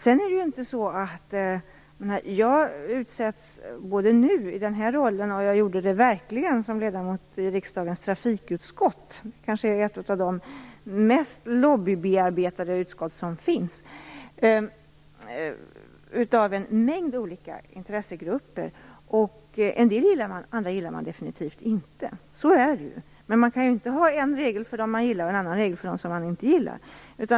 Jag utsätts för en mängd olika intressegrupper både i min nuvarande roll och verkligen som ledamot av riksdagens trafikutskott - kanske ett av de mest lobbybearbetade utskott som finns. En del gillar man, andra gillar man definitivt inte. Så är det, men man kan inte ha en regel för dem man gillar och en annan regel för dem man inte gillar.